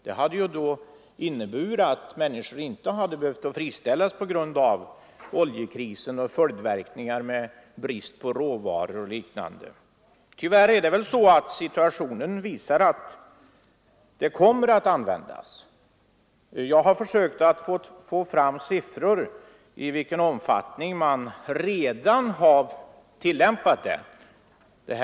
Då hade nämligen människor inte behövt friställas på grund av oljekrisen och dess följdverkningar, brist på råvaror och liknande. Men tyvärr kommer det tillfälliga utbildningsbidraget att användas; jag har försökt att få fram siffror på i vilken omfattning man redan har börjat utnyttja det.